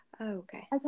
Okay